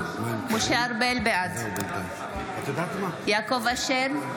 בעד יעקב אשר,